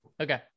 okay